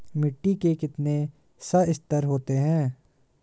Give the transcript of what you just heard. मिट्टी के कितने संस्तर होते हैं?